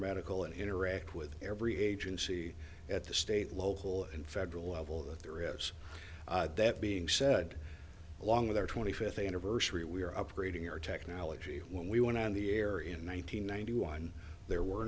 medical and interact with every agency at the state local and federal level that there is that being said along with our twenty fifth anniversary we are upgrading our technology when we went on the air in one nine hundred ninety one there were